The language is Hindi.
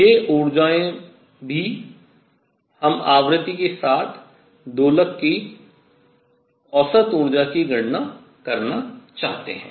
ये ऊर्जाओं भी हम आवृत्ति के साथ दोलक की औसत ऊर्जा की गणना करना चाहते हैं